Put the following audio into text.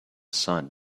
sun